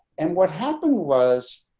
and what happened was,